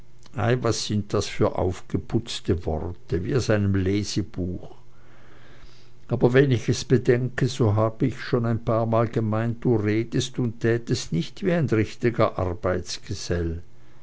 was sind das für aufgeputzte worte wie aus einem lesebuch aber wenn ich es bedenke so hab ich schon ein paarmal gemeint du redest und tätest nicht wie ein richtiger